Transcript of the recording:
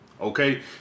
okay